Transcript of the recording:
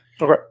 Okay